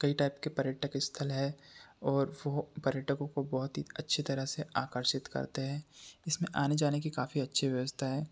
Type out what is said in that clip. कई टाइप के पर्यटक स्थल है और वो पर्यटकों को बहुत ही अच्छी तरह से आकर्षित करते हैं इसमें आने जाने कि काफ़ी अच्छे व्यवस्था है